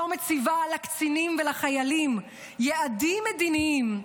שלא מציבה לקצינים ולחיילים יעדים מדיניים,